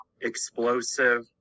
explosive